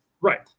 right